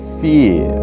fear